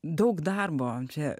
daug darbo čia